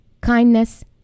Kindness